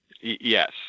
Yes